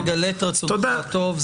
תגלה את רצונך הטוב.